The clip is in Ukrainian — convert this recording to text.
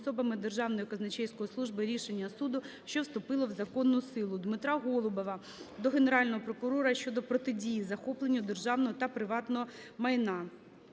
особами Державної казначейської служби рішення суду, що вступило в закону силу. Дмитра Голубова до Генерального прокурора щодо протидії захопленню державного та приватного майна.